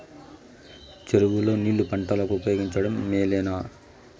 చెరువు లో నీళ్లు పంటలకు ఉపయోగించడం మేలేనా?